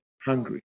hungry